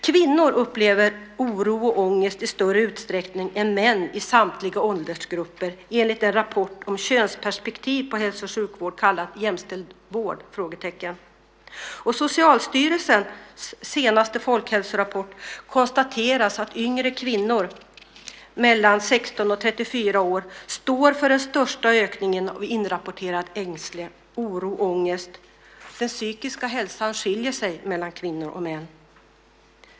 Kvinnor upplever oro och ångest i större utsträckning än män i samtliga åldersgrupper, enligt en rapport om könsperspektiv på hälso och sjukvården kallad Jämställd vård? I Socialstyrelsens senaste folkhälsorapport konstateras att yngre kvinnor mellan 16 och 34 år står för den största ökningen av inrapporterad ängslan, oro och ångest. Den psykiska hälsan skiljer sig mellan kvinnor och män.